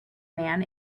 man